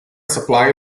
supply